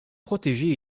protégée